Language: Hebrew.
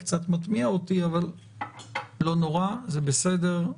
קצת מתמיה אותי, אבל לא נורא, זה בסדר.